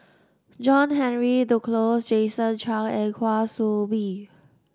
John Henry Duclos Jason Chan and Kwa Soon Bee